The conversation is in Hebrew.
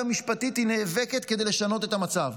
משפטית היא נאבקת כדי לשנות את המצב.